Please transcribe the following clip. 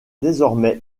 désormais